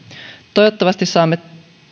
toivottavasti saamme